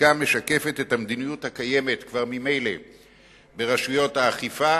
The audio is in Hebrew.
החקיקה משקפת את המדיניות הקיימת כבר ממילא ברשויות האכיפה,